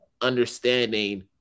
understanding